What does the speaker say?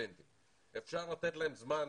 בסטודנטים אפשר לתת להם זמן.